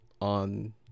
on